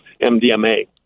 MDMA